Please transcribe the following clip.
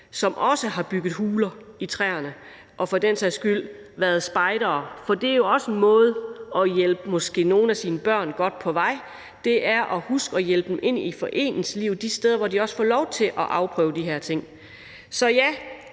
som også har bygget huler i træerne og for den sags skyld været spejdere, for det er også en måde måske at hjælpe sine børn godt på vej, altså at huske at hjælpe dem ind i foreningslivet de steder, hvor de også får lov til at afprøve de her ting. Så ja,